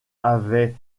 avaient